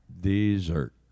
Dessert